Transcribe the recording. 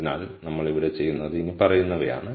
അതിനാൽ നമ്മൾ ഇവിടെ ചെയ്യുന്നത് ഇനിപ്പറയുന്നവയാണ്